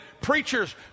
preachers